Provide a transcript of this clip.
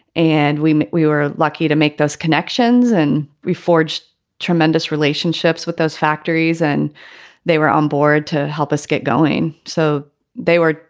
and we we were lucky to make those connections and reforged tremendous relationships with those factories. and they were onboard to help us get going. so they were,